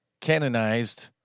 canonized